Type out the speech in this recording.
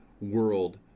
world